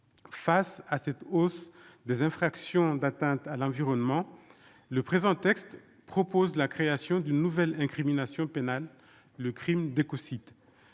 Face à cette hausse des infractions d'atteinte à l'environnement, le présent texte propose la création d'une nouvelle incrimination pénale : le crime d'écocide.